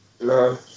no